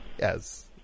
Yes